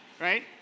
Right